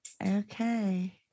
Okay